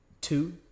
two